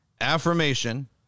affirmation